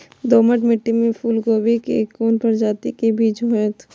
दोमट मिट्टी में फूल गोभी के कोन प्रजाति के बीज होयत?